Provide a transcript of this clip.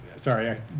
Sorry